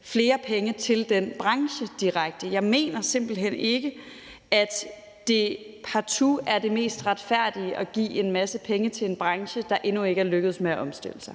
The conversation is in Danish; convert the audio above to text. flere penge direkte til den branche. Jeg mener simpelt hen ikke, at det partout er det mest retfærdige at give en masse penge til en branche, der endnu ikke er lykkedes med at omstille sig.